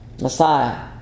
Messiah